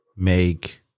Make